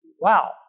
Wow